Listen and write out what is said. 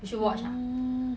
hmm